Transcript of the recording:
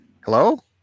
Hello